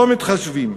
לא מתחשבים.